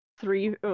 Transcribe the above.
three